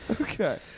okay